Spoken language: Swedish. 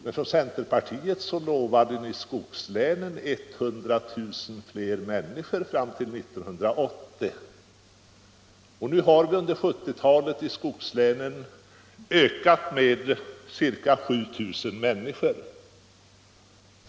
Men centerpartiet lovade ju skogslänen 100 000 fler människor fram till 1980. Under 1970-talet har befolkningen i skogslänen ökat med ca 7 000.